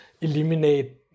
eliminate